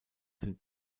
sind